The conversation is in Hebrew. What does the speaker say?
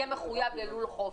בסוף הלולנים לא לקחו,